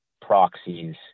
proxies